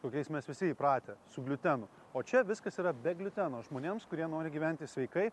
kokiais mes visi įpratę su gliutenu o čia viskas yra be gliuteno žmonėms kurie nori gyventi sveikai